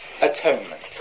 atonement